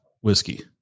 whiskey